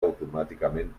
automàticament